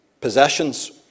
possessions